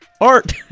Art